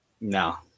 No